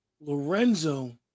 Lorenzo